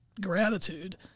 gratitude